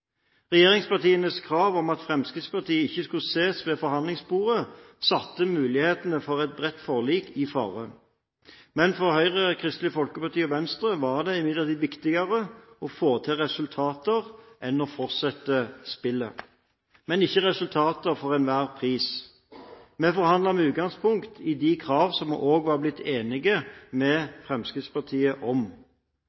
Regjeringspartienes krav om at Fremskrittspartiet ikke skulle ses ved forhandlingsbordet, satte mulighetene for et bredt forlik i fare. Men for Høyre, Kristelig Folkeparti og Venstre var det imidlertid viktigere å få til resultater enn å fortsette spillet. Men ikke resultater for enhver pris. Vi forhandlet med utgangspunkt i de kravene som vi også var blitt enige med